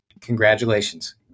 Congratulations